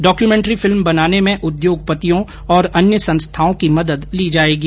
documentary film बनाने में उद्योगपतियों और अन्य संस्थाओं की मदद ली जायेगी